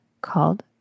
called